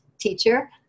teacher